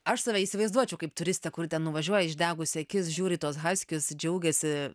aš save įsivaizduočiau kaip turistę kuri ten nuvažiuoji išdegusi akis žiūri į tuos haskius džiaugiasi